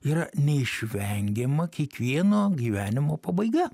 yra neišvengiama kiekvieno gyvenimo pabaiga